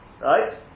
Right